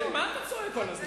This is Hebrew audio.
מה אתה צועק כל הזמן?